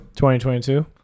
2022